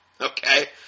Okay